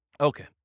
Okay